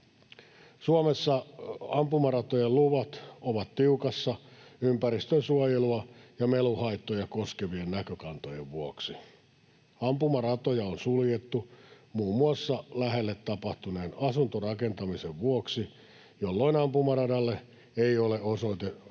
Suomessa ampumaratojen luvat ovat tiukassa ympäristönsuojelua ja meluhaittoja koskevien näkökantojen vuoksi. Ampumaratoja on suljettu muun muassa lähelle tapahtuneen asuntorakentamisen vuoksi, jolloin ampumaradalle ei ole enää osoitettu